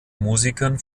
musikern